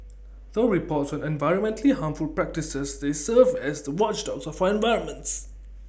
through reports on environmentally harmful practices they serve as the watchdogs of our environment